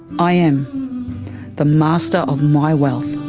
i am the master of my wealth.